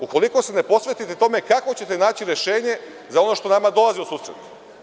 Ukoliko se ne posvetite tome kako ćete naći rešenje za ovo što vama dolazi u susret?